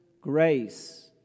grace